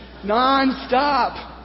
nonstop